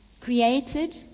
created